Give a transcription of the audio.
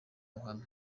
ruhame